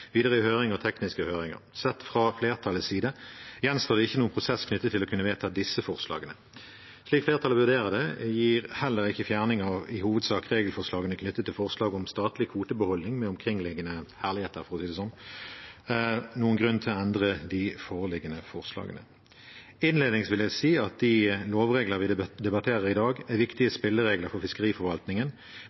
videre i høringer og tekniske høringer. Sett fra flertallets side gjenstår det ingen prosess knyttet til å kunne vedta disse forslagene. Slik flertallet vurderer det, gir heller ikke fjerning av i hovedsak regelforslagene knyttet til forslag om statlig kvotebeholdning med omkringliggende herligheter, for å si det sånn, noen grunn til å endre de foreliggende forslagene. Innledningsvis vil jeg si at de lovregler vi debatterer i dag, er viktige spilleregler for fiskeriforvaltningen,